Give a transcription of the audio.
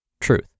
Truth